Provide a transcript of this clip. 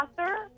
author